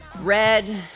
Red